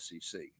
SEC